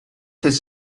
his